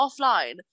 offline